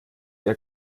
ihr